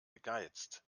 gegeizt